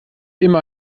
immer